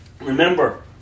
Remember